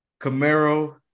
Camaro